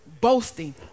boasting